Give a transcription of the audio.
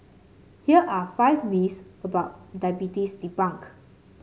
here are five myths about diabetes debunked